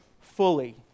fully